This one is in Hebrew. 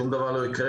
שום דבר לא יקרה,